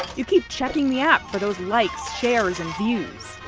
you keep checking the app for those likes, shares, and views,